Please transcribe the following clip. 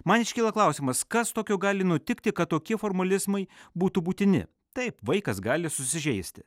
man iškyla klausimas kas tokio gali nutikti kad tokie formalizmai būtų būtini taip vaikas gali susižeisti